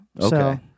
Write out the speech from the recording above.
Okay